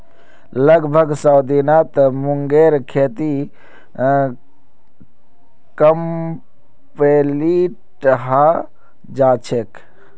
लगभग सौ दिनत मूंगेर खेती कंप्लीट हैं जाछेक